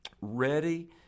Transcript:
ready